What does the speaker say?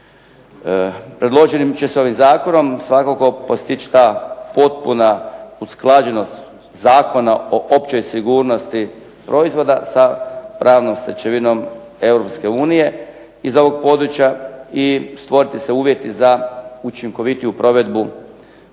predloženim zakonom će se svakako postići ta potpuna usklađenost Zakona o općoj sigurnosti proizvoda sa pravnom stečevinom Europske unije iz ovog područja i stvoriti se uvjeti za učinkovitiju provedbu, a